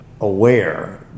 aware